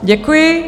Děkuji.